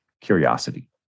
curiosity